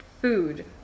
food